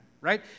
right